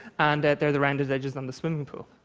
and there are the rounded edges on the swimming pool.